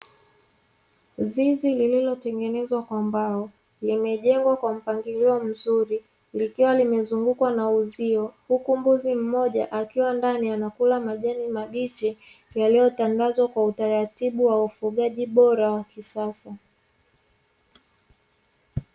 Zizi lililotengenezwa kwa mbao, limejengwa kwa mpangilio mzuri likiwa limezungukwa na uzio, huku mbuzi mmoja akiwa ndani anakula majani mabichi yaliyotangazwa kwa utaratibu wa ufugaji bora wa kisasa.